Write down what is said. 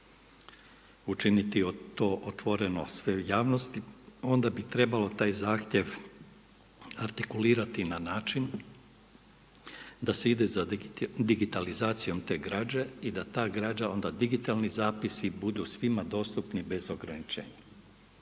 učiniti to otvoreno sve javnosti onda bi trebalo taj zahtjev artikulirati na način da se ide za digitalizacijom te građe i da ta građa onda ti digitalni zapisi budu svima dostupni bez ograničenja,